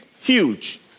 huge